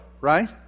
right